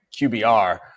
QBR